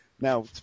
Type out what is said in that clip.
Now